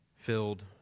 filled